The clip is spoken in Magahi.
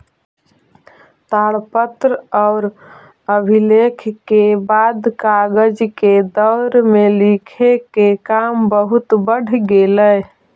ताड़पत्र औउर अभिलेख के बाद कागज के दौर में लिखे के काम बहुत बढ़ गेलई